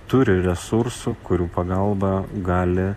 turi resursų kurių pagalba gali